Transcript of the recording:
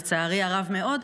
לצערי הרב מאוד,